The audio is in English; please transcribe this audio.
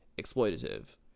exploitative